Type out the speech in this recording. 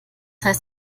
heißt